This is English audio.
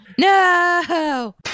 No